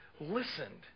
listened